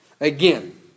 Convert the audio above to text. again